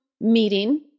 meeting